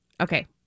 Okay